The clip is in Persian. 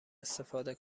استفاده